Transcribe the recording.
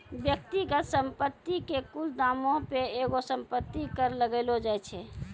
व्यक्तिगत संपत्ति के कुल दामो पे एगो संपत्ति कर लगैलो जाय छै